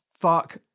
fuck